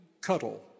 cuddle